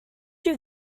you